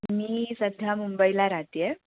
मी सध्या मुंबईला राहते आहे